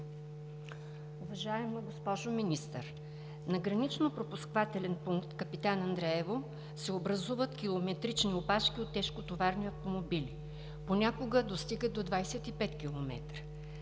Уважаема госпожо Министър, на граничния контролно-пропускателен пункт „Капитан Андреево“ се образуват километрични опашки от тежкотоварни автомобили, понякога достигат до 25 км.